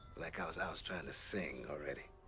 like i was i was trying to sing already.